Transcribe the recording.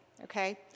Okay